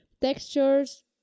textures